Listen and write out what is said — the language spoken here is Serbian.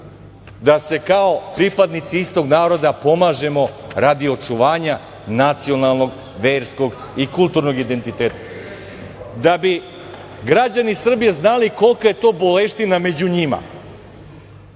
da se kao pripadnici istog naroda pomažemo radi očuvanja nacionalnog, verskog i kulturnog identiteta. Da bi građani Srbije znali kolika je to boleština među njima,